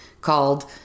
called